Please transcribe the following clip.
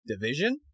division